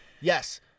yes